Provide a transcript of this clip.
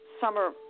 summer